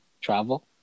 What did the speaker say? Travel